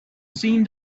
seen